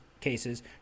cases